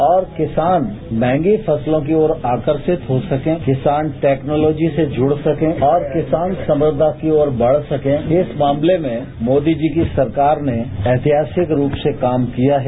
और किसान मंहगी फसलों के प्रति आकर्मित हो सकें किसान टैक्नॉलोजी से जुड़ सकें और किसान सफलता की और बढ़ सकें इस मामले में मोदी जी की सरकार ने ऐतिहासिक रूप से काम किया है